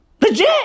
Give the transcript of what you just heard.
Legit